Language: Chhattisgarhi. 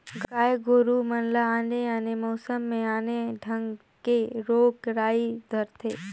गाय गोरु मन ल आने आने मउसम में आने आने ढंग के रोग राई धरथे